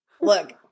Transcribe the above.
Look